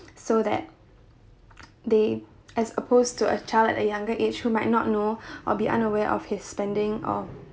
so that they as opposed to a child at a younger age who might not know or be unaware of his spending or